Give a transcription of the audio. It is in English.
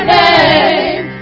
name